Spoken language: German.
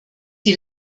die